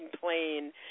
plane